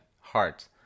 heart